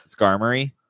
Skarmory